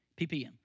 PPM